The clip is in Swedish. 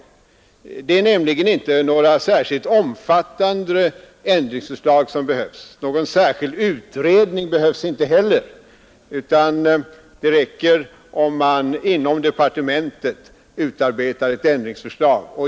Det är nämligen inte några särskilt omfattande ändringsförslag som behövs. Någon särskild utredning behövs inte heller, utan det räcker om man inom departementet utarbetar ett ändringsförslag.